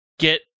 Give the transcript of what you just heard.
get